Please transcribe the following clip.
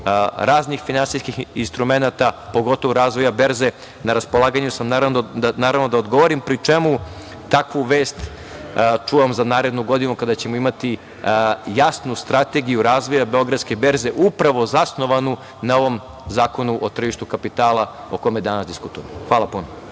raznih finansijskih instrumenata, pogotovo razvoja berze, na raspolaganju sam da vam odgovorim, pri čemu takvu vest čuvam za narednu godinu kada ćemo imati jasnu strategiju razvoja Beogradske berze upravo zasnovanu na ovom Zakonu o tržištu kapitala o kome danas diskutujemo. Hvala.